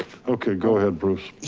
okay, go ahead, bruce.